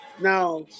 now